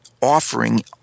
offering